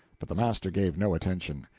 but the master gave no attention.